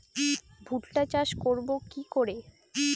ভুট্টা চাষ করব কি করে?